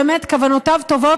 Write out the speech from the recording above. באמת כוונותיו טובות,